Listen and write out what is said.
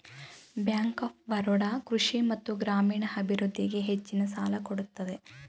bank of Baroda ಕೃಷಿ ಮತ್ತು ಗ್ರಾಮೀಣ ಅಭಿವೃದ್ಧಿಗೆ ಹೆಚ್ಚಿನ ಸಾಲ ಕೊಡುತ್ತದೆ